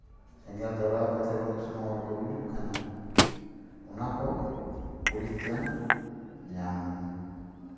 ᱥᱮᱸᱜᱮᱞ ᱫᱷᱚᱨᱟᱣ ᱠᱟᱛᱮᱫ ᱟᱹᱰᱤ ᱥᱚᱢᱚᱭ ᱦᱚᱲ ᱠᱚ ᱜᱩᱡᱩᱜ ᱠᱟᱱᱟ ᱚᱱᱟ ᱠᱷᱡ ᱯᱚᱨᱤᱛᱨᱟᱱ ᱧᱟᱢ